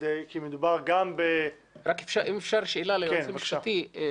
כי מדובר גם ב --- רק אם אפשר שאלה ליועץ המשפטי.